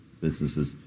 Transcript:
businesses